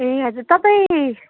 ए हजुर तपाईँ